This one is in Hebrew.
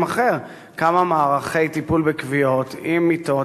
אחר כמה מערכי טיפול בכוויות עם מיטות,